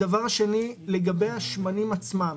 שנית, לגבי השמנים עצמם